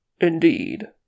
Indeed